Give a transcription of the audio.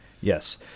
Yes